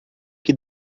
que